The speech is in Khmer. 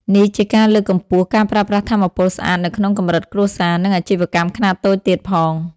នេះជាការលើកកម្ពស់ ការប្រើប្រាស់ថាមពលស្អាតនៅក្នុងកម្រិតគ្រួសារ និងអាជីវកម្មខ្នាតតូចទៀតផង។